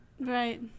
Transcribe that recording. Right